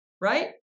right